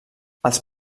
els